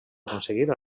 aconseguir